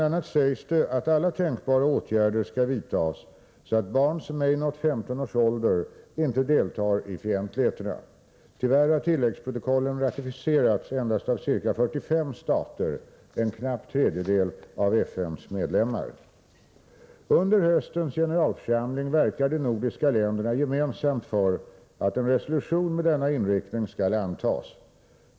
a. sägs det att alla tänkbara åtgärder skall vidtas så att barn som ej nått 15 års ålder inte deltar i fientligheterna. Tyvärr har tilläggsprotokollen ratificerats endast av ca 45 stater, en knapp tredjdel av FN:s medlemmar. Under höstens generalförsamling verkar de nordiska länderna gemensamt för att en resolution med denna inriktning skall antas.